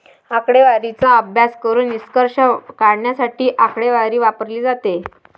आकडेवारीचा अभ्यास करून निष्कर्ष काढण्यासाठी आकडेवारी वापरली जाते